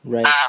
Right